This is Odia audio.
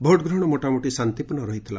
ଭୋଟ୍ ଗ୍ରହଣ ମୋଟାମୋଟି ଶାନ୍ତିପୂର୍ଣ୍ଣ ରହିଥିଲା